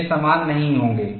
वे समान नहीं होंगे